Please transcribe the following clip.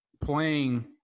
Playing